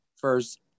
first